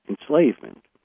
enslavement